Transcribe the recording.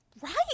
Right